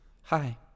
Hi